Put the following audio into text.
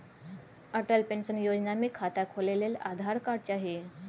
Atal pension Yojana मे खाता खोलय लेल आधार कार्ड चाही